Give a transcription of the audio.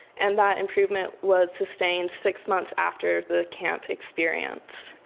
and that improvement was sustained six months after the camp experience.